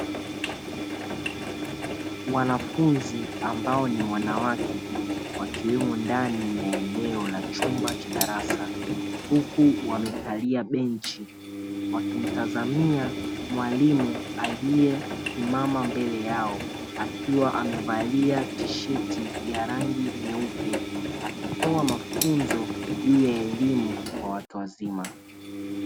Wanafunzi ambao ni waanwake wakiwemo ndani ya chumba cha darasa huku wamekalia benchi, wakimtazamia mwalimu aliyesimama mbele yao, akiwa amevalia tisheti ya rangi nyeupe, akitoa mafunzo juu ya elimu kwa watu wazima.